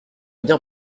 bien